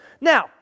Now